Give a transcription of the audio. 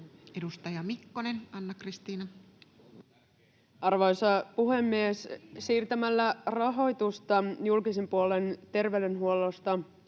2025 Time: 11:44 Content: Arvoisa puhemies! Siirtämällä rahoitusta julkisen puolen terveydenhuollosta